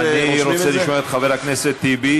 אני רוצה לשאול את חבר הכנסת טיבי.